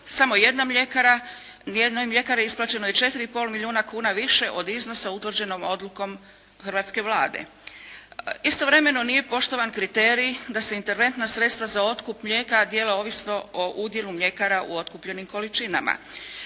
samo jedna mljekara, jednoj mljekari isplaćeno je 4,5 milijuna kuna više od iznosa utvrđenom odlukom hrvatske Vlade. Istovremeno nije poštovan kriterij da se interventna sredstva za otkup mlijeka dijele ovisno o udjelu mljekara u otkupljenim količinama.